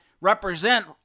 represent